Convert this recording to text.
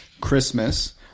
Christmas